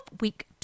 week